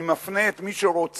אני מפנה את מי שרוצה